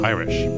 Irish